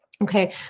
Okay